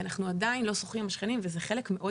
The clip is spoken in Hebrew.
אנחנו עדיין לא משוחחים עם השכנים וזה חלק מאוד